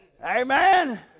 Amen